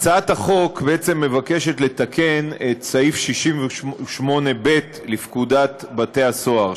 בהצעת החוק בעצם מוצא לתקן את סעיף 68ב לפקודת בתי-הסוהר,